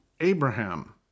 Abraham